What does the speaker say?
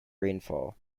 rainfall